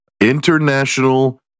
International